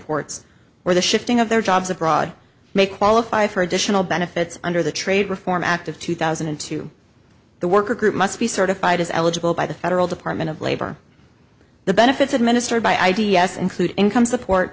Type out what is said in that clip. or the shifting of their jobs abroad may qualify for additional benefits under the trade reform act of two thousand and two the worker group must be certified as eligible by the federal department of labor the benefits administered by i d s include income support